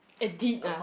edit ah